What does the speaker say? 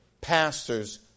pastors